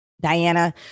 Diana